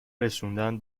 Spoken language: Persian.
رسوندن